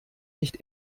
nicht